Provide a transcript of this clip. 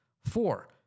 Four